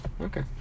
Okay